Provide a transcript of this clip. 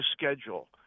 schedule